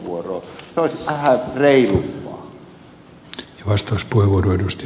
se olisi vähän reilumpaa